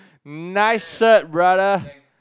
nice shirt brother